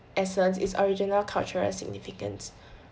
essence it's original cultural significance